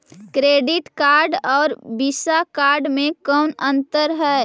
Credit card और Visa card मे कौन अन्तर है?